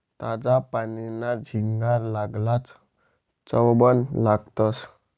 ताजा पानीना झिंगा चांगलाज चवबन लागतंस